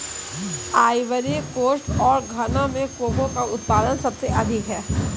Ivory coast और घना में कोको का उत्पादन सबसे अधिक है